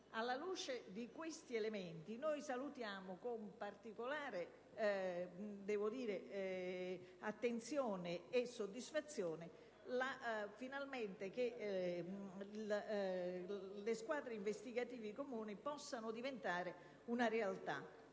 alla luce di questi elementi, noi salutiamo con particolare attenzione e soddisfazione il fatto che le squadre investigative comuni possano finalmente diventare una realtà.